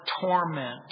torment